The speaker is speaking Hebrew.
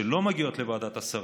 שלא מגיעות לוועדת השרים,